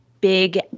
big